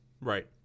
Right